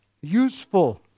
useful